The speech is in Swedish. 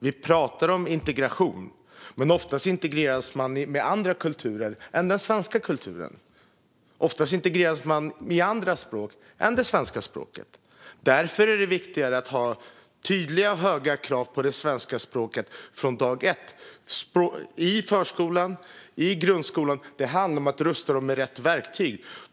Vi pratar om integration, men oftast integreras man med andra kulturer än den svenska kulturen. Oftast integreras man i andra språk än det svenska språket. Därför är det viktigare att ha tydliga och höga krav på svenska språket från dag ett i förskolan och i grundskolan. Det handlar om att rusta eleverna med rätt verktyg.